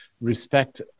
respect